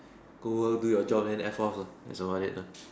go work do your job and F off lah that's about it lah